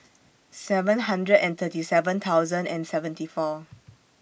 seven hundred and thirty seven thousand and seventy four